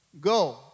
go